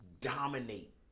dominate